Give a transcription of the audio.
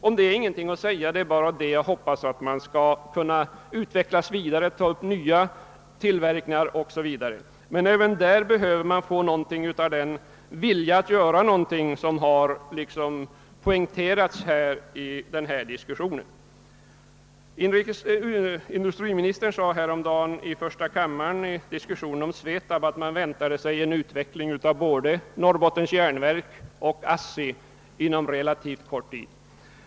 Om detta är ingenting att säga — det är bara att hoppas att det skall kunna ske en vidareutveckling, att nya tillverkningar skall kunna tas upp o.s.v. Men även därvidlag behövs något av den vilja att verkligen göra någonting som det har talats om i denna diskussion. Industriministern sade häromdagen i första kammaren under diskussionen om SVETAB, att man väntade sig en utveckling av både Norrbottens järnverk och ASSI inom relativt kort tid.